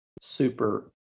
super